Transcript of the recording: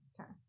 Okay